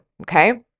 okay